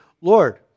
Lord